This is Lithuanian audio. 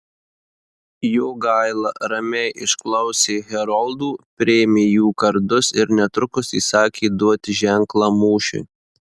jogaila ramiai išklausė heroldų priėmė jų kardus ir netrukus įsakė duoti ženklą mūšiui